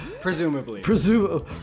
Presumably